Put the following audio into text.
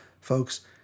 folks